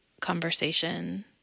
conversation